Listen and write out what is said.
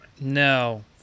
No